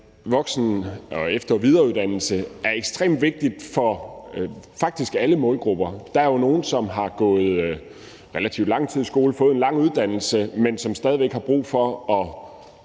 voksen-, efter- og videreuddannelse er ekstremt vigtigt for faktisk alle målgrupper. Der er jo nogle, som har gået relativt lang tid i skole, fået en lang uddannelse, men som stadig væk har brug for at